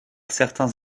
certains